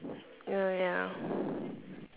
ya ya